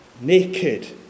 Naked